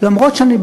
למרות שאני,